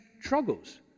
struggles